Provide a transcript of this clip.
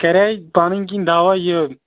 کَرے پَنٕنۍ کِنۍ دَوا یہِ